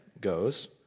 goes